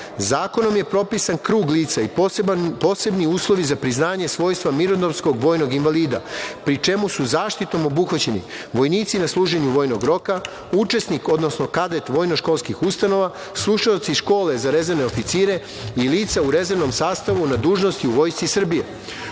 Zakonom je propisan krug lica i posebni uslovi za priznanje svojstva mirnodopskog vojnog invalida, pri čemu su zaštitom obuhvaćeni vojnici na služenju vojnog roka, učesnik, odnosno kadet vojno školskih ustanova, slušaoci škole za rezervne oficire i lica u rezervnom sastavu na dužnosti u Vojsci Srbije.